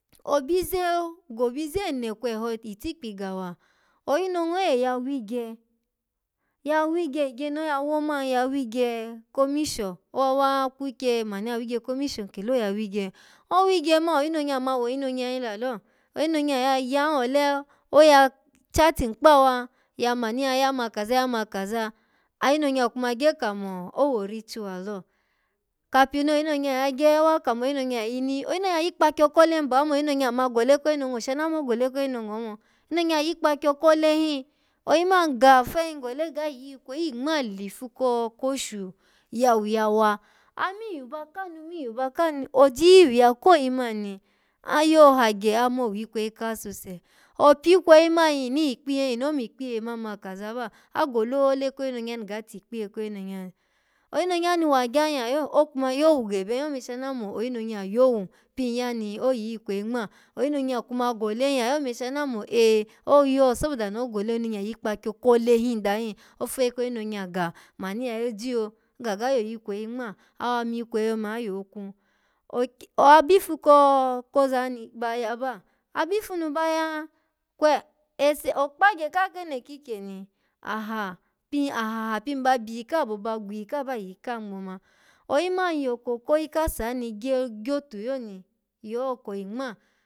Obize, gobize ene kweho gitikpi ga wa, oyi nongo oye ya wigye ya wigye, igye noya wo man ya wigye ko misho, owa wa kwikye manu ya wigye ko mishon kelo ya wigye owigye man oyinonya ma woyino nya hin lalo oyi nonya ya ya hin ole, oya-charting kpawa, ya manu ya ya ma kaza, ya ma kaza ayinonya kuma gye kamo owo ritual lo kapi noyinonya ya gye owa kamo oyinonya yini? Oyinonya yikpakyo kole hin, ba wai ma oyi nonya ma gole koyinongo shana mo gol koyinongo omo oyinonya yikpakyo kole hin, oyi man ga, feyi hin gole ga yikweyi ngma lifu ko koshu yawu ya wa amiyu ba kanu miyu ba kanu oji yiyu ya koyi man ni? Ayo hagye amo wikoeyi kasuse opyikweyi mani ini, ikpiye hin yini? Omi ikpiye hin yebe man na kaza ba agolela koyinonya ni ga tikpiye koyinonya ni oyi nonya ni wagya hin yayo, okuma yowu gebe hin yo ome shana mo oyinonya yowu pin yani oyikwej ngma, oyinonya kuma gole hin yayo ome shana mo eh oyo soboda no gole hin da hin ofeyi koyinonya ga manu ya yoji yo? Gaga yoyi ikweyi agma awa mikweyi ome ayo kwu awa bifu ko-koza ni ba ya ba abifu nu ba ya, kwe, ese-okpagye kaha kene kikyeni aha- ahaha pin ba byiyika abo ba gwiyika ba yiyika ngmo ma oyi man yoko koyi ka saha ni gye-gyotu lo ni, yoko yi ngma.